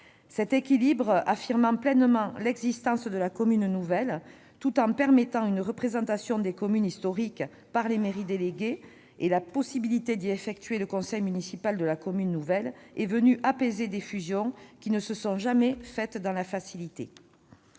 Cet équilibre qui affirme pleinement l'existence de la commune nouvelle, tout en permettant une représentation des communes historiques par les mairies déléguées et la possibilité d'y réunir le conseil municipal de la commune nouvelle, est venu apaiser des fusions qui ne se sont jamais faites dans la facilité.